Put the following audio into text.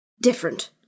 different